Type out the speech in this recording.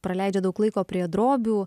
praleidžia daug laiko prie drobių